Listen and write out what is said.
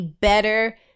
better